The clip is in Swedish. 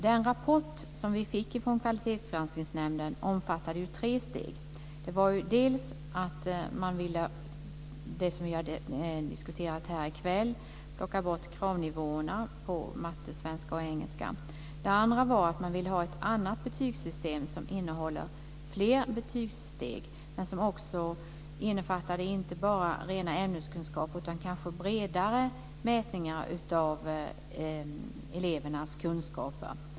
Den rapport som vi fick från Kvalitetsgranskningsnämnden omfattar tre steg. Man vill plocka bort kravnivåerna, som vi har diskuterat här i kväll, när det gäller matte, svenska och engelska. Det andra var att man ville ha ett annat betygssystem som innehåller fler betygssteg men som inte bara innefattar rena ämneskunskaper, utan det är kanske bredare mätningar av elevernas kunskaper.